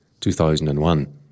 2001